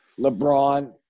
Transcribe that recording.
LeBron